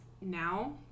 now